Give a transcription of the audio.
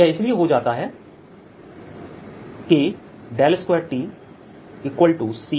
यह इसलिए हो जाता है k2TC∂T∂t